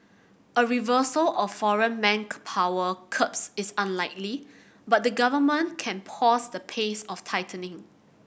a reversal of foreign manpower curbs is unlikely but the Government can pause the pace of tightening